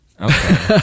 Okay